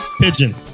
Pigeon